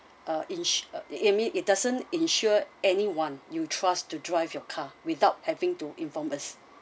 uh ins~ it mean it doesn't ensure anyone you trust to drive your car without having to inform us